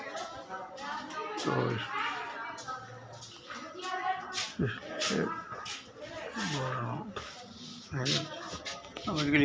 तो इस इसके द्वारा हमें